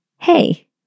Hey